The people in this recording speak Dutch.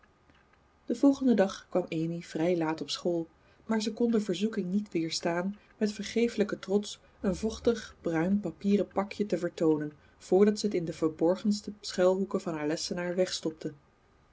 den volgenden dag kwam amy vrij laat op school maar ze kon de verzoeking niet weerstaan met vergeeflijken trots een vochtig bruin papieren pakje te vertoonen voordat ze het in de verborgenste schuilhoeken van haar lessenaar wegstopte